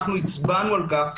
אנחנו הצבענו על כך,